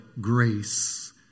grace